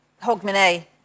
Hogmanay